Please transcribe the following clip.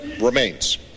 remains